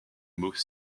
maux